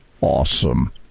awesome